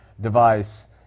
device